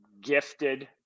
gifted